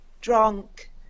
drunk